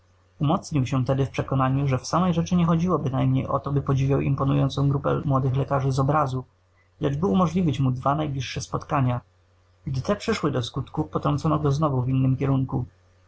umocnił się tedy w przekonaniu że w samej rzeczy nie chodziło bynajmniej o to by podziwiał imponującą grupę młodych lekarzy z obrazu lecz by umożliwić mu dwa najbliższe spotkania gdy te przyszły do skutku potrącono go znowu w innym kierunku